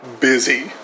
Busy